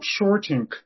shorting